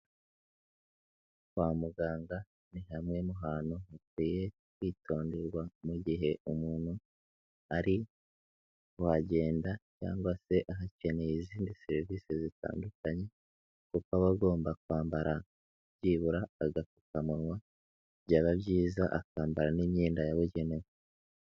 Kwa muganga ni hamwe mu hantu hakwiye kwitonderwa mu gihe umuntu ari kuhagenda cyangwa se ahakeneye izindi serivisi zitandukanye kuko aba agomba kwambara byibura agapfukamunwa byaba byiza akambara n'imyenda yabugenewe.